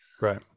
Right